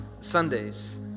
Sundays